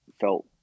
felt